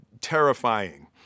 terrifying